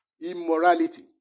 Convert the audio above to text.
immorality